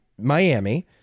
Miami